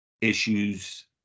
issues